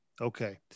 Okay